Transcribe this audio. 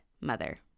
mother